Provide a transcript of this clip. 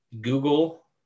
Google